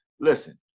listen